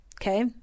okay